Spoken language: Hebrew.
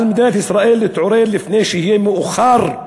על מדינת ישראל להתעורר לפני שיהיה מאוחר.